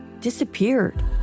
disappeared